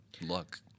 luck